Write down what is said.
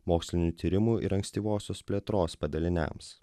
mokslinių tyrimų ir ankstyvosios plėtros padaliniams